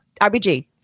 RBG